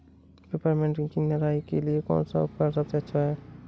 Peppermint की निराई के लिए कौन सा उपकरण सबसे अच्छा है?